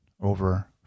over